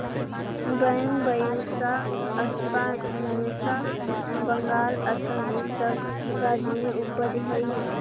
Bambusa स्पायनोसा बंगाल, असम इ सब राज्य में उपजऽ हई